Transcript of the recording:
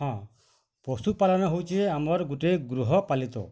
ହଁ ପଶୁ ପାଲନ୍ ହଉଛେ ଆମର୍ ଗୁଟେ ଗୃହ ପାଲିତ